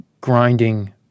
grinding